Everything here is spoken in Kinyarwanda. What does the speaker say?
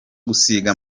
gusiga